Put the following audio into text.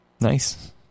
nice